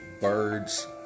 Bird's